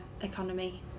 economy